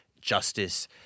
justice